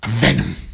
venom